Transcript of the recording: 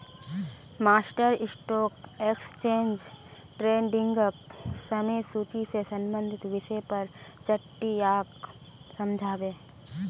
master stock exchange ट्रेडिंगक समय सूची से संबंधित विषय पर चट्टीयाक समझा बे